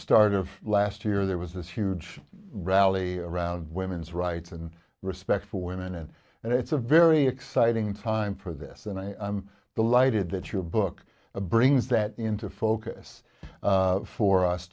start of last year there was this huge rally around women's rights and respect for women and and it's a very exciting time for this and i'm delighted that your book brings that into focus for us